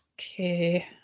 okay